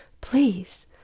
please